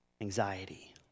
anxiety